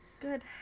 good